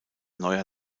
neuer